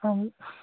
অঁ